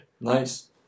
Nice